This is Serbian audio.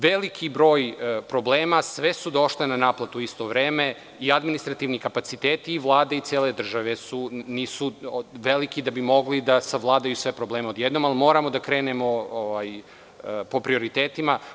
Veliki broj problema, sve su došle na naplatu u isto vreme i administrativni kapaciteti i Vlade i cele države nisu veliki da bi mogli da savladaju sve probleme odjednom, ali moramo da krenemo po prioritetu.